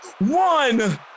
One